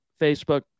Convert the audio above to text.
Facebook